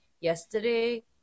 yesterday